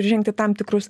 žengti tam tikrus